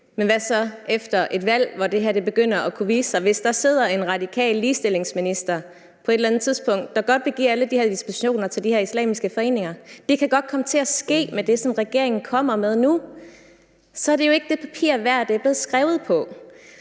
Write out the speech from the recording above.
Men hvad så efter et valg, hvor det her begynder at kunne vise sig, altså hvis der på et eller andet tidspunkt sidder en radikal ligestillingsminister, der godt vil give alle de her dispensationer til de her islamiske foreninger? Det kan godt komme til at ske med det, som regeringen kommer med nu. Og så er det jo ikke det papir værd, det er blevet skrevet på.